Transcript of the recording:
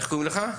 איך קוראים לך?